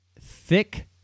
thick